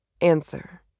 Answer